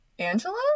Angela